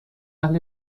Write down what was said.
اهل